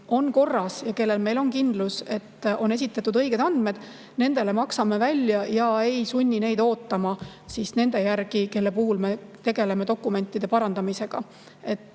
on korras ja kelle puhul on kindlus, et nad on esitanud õiged andmed, nendele maksame välja ega sunni neid ootama nende järel, kelle puhul me tegeleme dokumentide parandamisega.